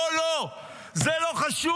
לא, לא, זה לא חשוב.